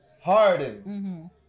Harden